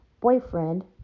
boyfriend